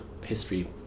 history